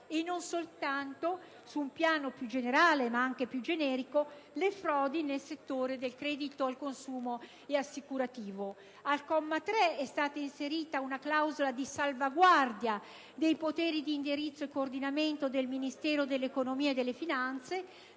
e non soltanto, su un piano più generale, ma anche più generico, le frodi nel settore del credito al consumo e in quello assicurativo. Al comma 3 è stata inserita una clausola di salvaguardia dei poteri di indirizzo e coordinamento del Ministero dell'economia e delle finanze